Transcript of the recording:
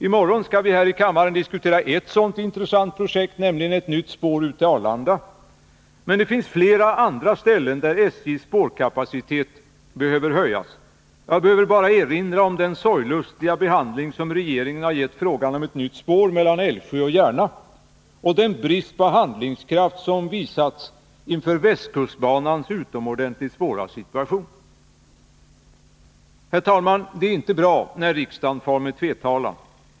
I morgon skall vi här i kammaren diskutera ett annat sådant intressant projekt, nämligen ett nytt spår ut till Arlanda. Men det finns flera andra ställen där SJ:s spårkapacitet behöver höjas. Jag behöver bara erinra om den sorglustiga behandling som regeringen gett frågan om ett nytt spår mellan Älvsjö och Järna och den brist på handlingskraft som visats inför västkustbanans utomordentligt svåra situation. Fru talman! Det är inte bra när riksdagen far med tvetalan.